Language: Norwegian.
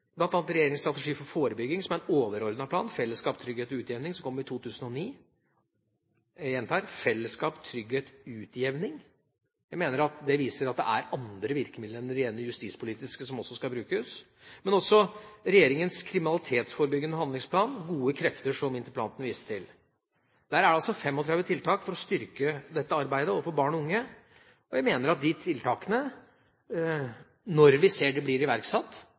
strategi for forebygging, som er en overordnet plan om fellesskap, trygghet og utjevning, som kom i 2009 – jeg gjentar: fellesskap, trygghet, utjevning. Jeg mener at det viser at det er andre virkemidler enn rene justispolitiske som også skal brukes. Vi har også regjeringas kriminalitetsforebyggende handlingsplan, Gode krefter, som interpellanten viste til. Der er det 35 tiltak for å styrke dette arbeidet overfor barn og unge. Jeg mener at de tiltakene, når vi ser de blir iverksatt,